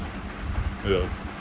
ya